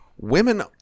women